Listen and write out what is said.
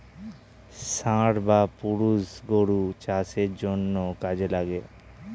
ষাঁড় বা পুরুষ গরু চাষের জন্যে কাজে লাগে